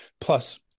Plus